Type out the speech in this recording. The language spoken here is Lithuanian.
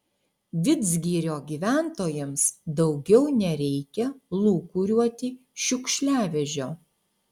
vidzgirio gyventojams daugiau nereikia lūkuriuoti šiukšliavežio